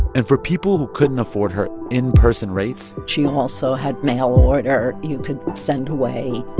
and for people who couldn't afford her in-person rates. she also had mail order. you could send away,